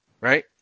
Right